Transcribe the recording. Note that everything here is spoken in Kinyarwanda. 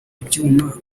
ibyuma